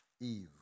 Eve